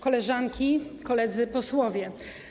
Koleżanki i Koledzy Posłowie!